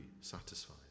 satisfied